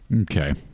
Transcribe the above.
okay